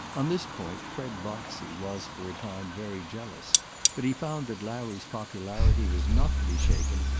on this point fred botsey was for a time very jealous but he found that larry's popularity was not to be shaken,